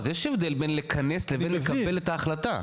יש הבדל בין לכנס לבן לקבל את ההחלטה.